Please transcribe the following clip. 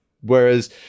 whereas